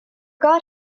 god